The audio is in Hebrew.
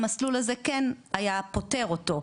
המסלול הזה כן היה פותר אותו,